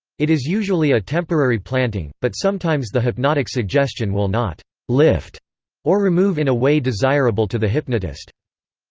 it is usually a temporary planting, but sometimes the hypnotic suggestion will not lift or remove in a way desirable to the hypnotist.